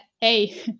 hey